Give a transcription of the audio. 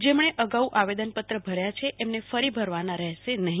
જેમણે અગાઉ આવેદનપત્ર ભર્યા છે એમને ફરીથી ભરવાના નથી